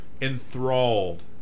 enthralled